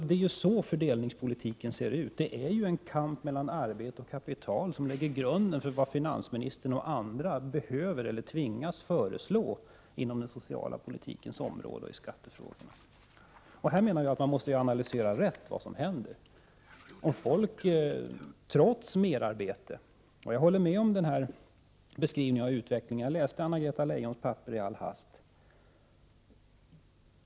Det är på detta sätt fördelningspolitiken ser ut. Det är kampen mellan arbete och kapital som lägger grunden för vad finansministern och andra behöver göra eller tvingas föreslå inom den sociala politikens område och inom skattepolitikens område. Jag menar att det då är viktigt att på ett riktigt sätt analysera vad som händer. Jag håller med om den här beskrivningen av utvecklingen, jag läste nämligen Anna-Greta Leijons papper i all hast.